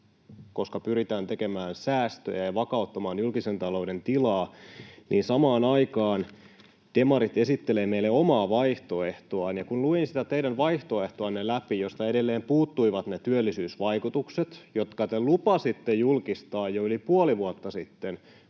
koska pyritään tekemään säästöjä ja vakauttamaan julkisen talouden tilaa, niin samaan aikaan demarit esittelevät meille omaa vaihtoehtoaan. Ja kun luin sitä teidän vaihtoehtoanne läpi, josta edelleen puuttuivat ne työllisyysvaikutukset, jotka te lupasitte julkistaa jo yli puoli vuotta sitten